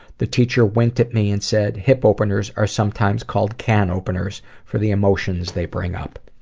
the teacher winked at me and said, hip openers are sometimes called can openers for the emotions they bring up.